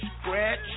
scratch